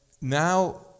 now